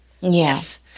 Yes